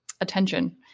attention